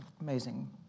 amazing